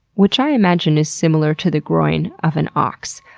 which i imagine is similar to the groin of an ox.